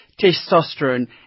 testosterone